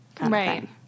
Right